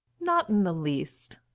not in the least.